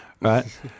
right